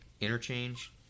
Interchange